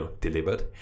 delivered